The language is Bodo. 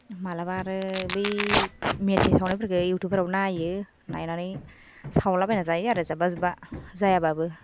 मालाबा आरो बै मेथाय सावनायफोरखौ युउथुबफोराव नायो नायनानै सावलाबायना जायो आरो जाब्बा जुब्बा जायाबाबो